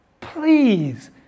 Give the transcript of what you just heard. Please